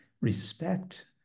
respect